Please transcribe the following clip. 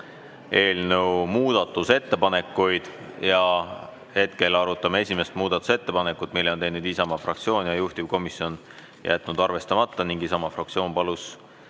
eelnõu muudatusettepanekuid ja hetkel arutame esimest muudatusettepanekut, mille on teinud Isamaa fraktsioon ja juhtivkomisjon on jätnud arvestamata. Isamaa fraktsioon palus